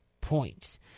points